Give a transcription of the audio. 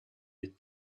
with